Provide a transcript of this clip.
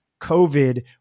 COVID